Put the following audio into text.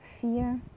fear